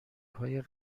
های